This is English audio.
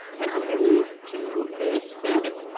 and i'm gonna move to this bandit.